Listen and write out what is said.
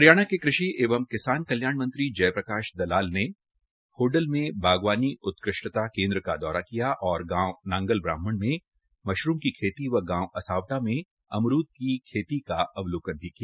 हरियाणा के कृषि एवं किसान कल्याण मंत्री जयप्रकाश दलाल ने होडल में बागवानी उत्कृष्टता केंद्र का दौरा किया और गांव नांगल ब्राह्मण में मशरूम की खेती व गांव असावटा में अमरूद के खेती का अवलोकन भी किया